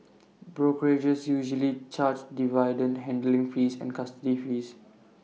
brokerages usually charge dividend handling fees and custody fees